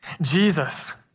Jesus